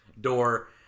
door